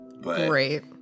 Great